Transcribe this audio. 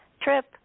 trip